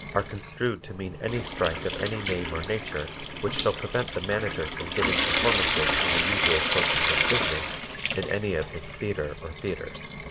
are construed to mean any strike of any name or nature which shall prevent the manager from giving performances in the usual course of his business in any of his theatre or theatres.